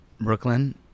Brooklyn